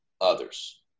others